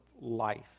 life